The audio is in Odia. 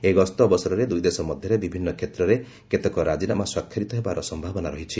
ଏହି ଗସ୍ତ ଅବସରରେ ଦୁଇ ଦେଶ ମଧ୍ୟରେ ବିଭିନ୍ନ କ୍ଷେତ୍ରରେ କେତେକ ରାଜିନାମା ସ୍ୱାକ୍ଷରିତ ହେବାର ସମ୍ଭାବନା ରହିଛି